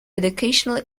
educational